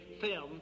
film